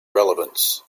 relevance